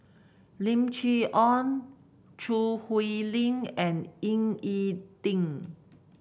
Lim Chee Onn Choo Hwee Lim and Ying E Ding